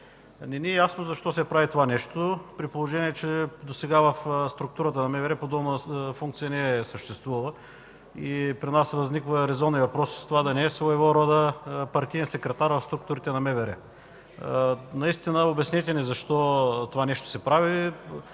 Не ми е ясно защо се прави това нещо, при положение че досега в структурата на МВР подобна функция не е съществувала. При нас възниква резонният въпрос това да не е своего рода партиен секретар в структурите на МВР?! Наистина, обяснете ни защо се прави